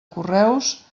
correus